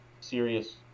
serious